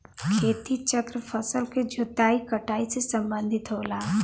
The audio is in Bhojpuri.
खेती चक्र फसल के जोताई कटाई से सम्बंधित होला